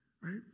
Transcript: Right